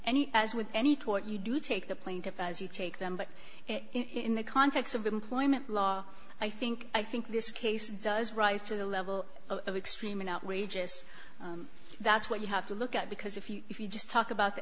and as with any tort you do take the plaintiff as you take them but in the context of employment law i think i think this case does rise to the level of extreme and outrageous that's what you have to look at because if you if you just talk about the